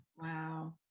Wow